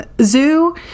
zoo